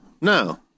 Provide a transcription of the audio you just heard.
No